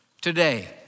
today